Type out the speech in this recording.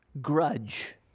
grudge